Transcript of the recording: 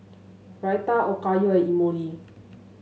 Raita Okayu and Imoni